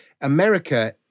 America